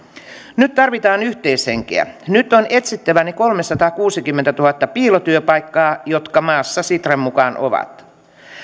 nyt tarvitaan yhteishenkeä nyt on etsittävä ne kolmesataakuusikymmentätuhatta piilotyöpaikkaa jotka maassa sitran mukaan ovat